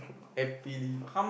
happily